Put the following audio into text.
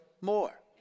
more